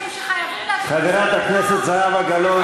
חברת הכנסת זהבה גלאון,